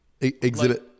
Exhibit